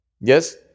Yes